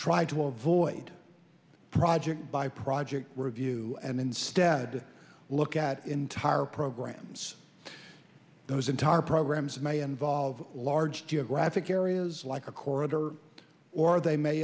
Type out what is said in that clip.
try to avoid project by project view and instead look at entire programs those entire programs may involve large geographic areas like a corridor or they may